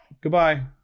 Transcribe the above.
Goodbye